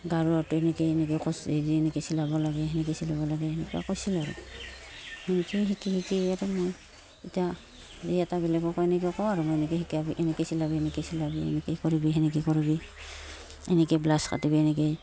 গাৰু ওৱাৰটো এনেকৈ এনেকৈ কচি এনেকৈ চিলাব লাগে সেনেকৈ চিলাব লাগে সেনেকৈ কৈছিল আৰু সেনেকৈয়ে শিকি শিকি আৰু মই এতিয়া এই এটা বেলেগকো এনেকৈ কওঁ আৰু মই এনেকৈ শিকাবি এনেকৈ চিলাবি এনেকৈ চিলাবি এনেকৈয়ে কৰিবি সেনেকৈ কৰিবি এনেকৈ ব্লাউছ কাটিবি এনেকৈয়ে